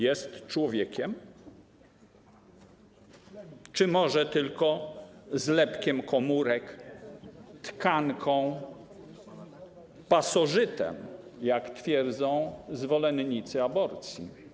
jest człowiekiem, czy może tylko zlepkiem komórek, tkanką, pasożytem, jak twierdzą zwolennicy aborcji?